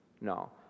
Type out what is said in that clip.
No